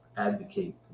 advocate